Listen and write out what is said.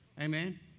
Amen